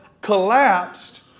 collapsed